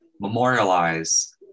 memorialize